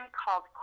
called